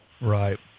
Right